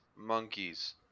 monkeys